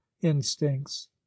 instincts